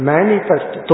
Manifest